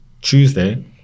Tuesday